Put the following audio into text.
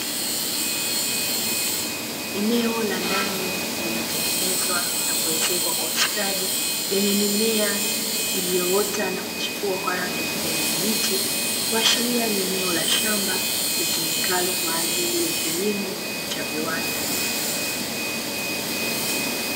Eneo la ndani lililotengenezwa na kuezekwa kwa ustadi lenye mimea iliyoota na kuchipua kwa rangi ya kijani kibichi, kuashiria ni eneo la shamba litumikalo kwa ajili ya kilimo cha viwanda.